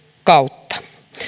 kautta